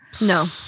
No